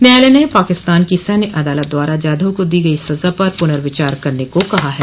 न्यायालय ने पाकिस्तान की सैन्य अदालत द्वारा जाधव को दी गई सज़ा पर पुनर्विचार करने को कहा है